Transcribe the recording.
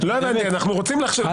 נתקבלה.